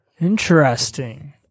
interesting